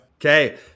Okay